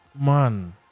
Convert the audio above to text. man